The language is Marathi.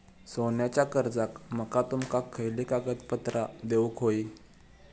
सोन्याच्या कर्जाक माका तुमका खयली कागदपत्रा देऊक व्हयी?